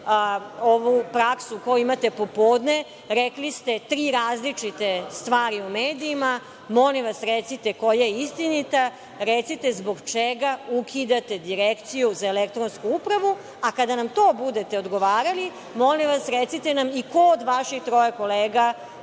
ovu praksu koju imate popodne. Rekli ste tri različite stvari u medijima. Molim vas, recite koja je istinita. Recite zbog čega ukidate Direkciju za elektronsku upravu? A, kada na to budete odgovarali, molim vas, recite nam i ko od vaših troje kolega